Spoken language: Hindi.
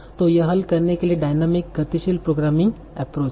तो यह हल करने के लिए डायनामिक गतिशील प्रोग्रामिंग एप्रोच है